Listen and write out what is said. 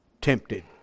tempted